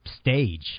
stage